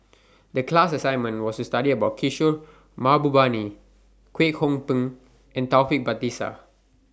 The class assignment was to study about Kishore Mahbubani Kwek Hong Png and Taufik Batisah